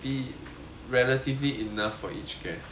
relatively enough for each guest I would say